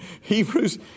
Hebrews